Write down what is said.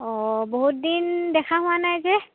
অঁ বহুত দিন দেখা হোৱা নাই যে